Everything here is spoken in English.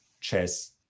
chess